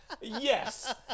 Yes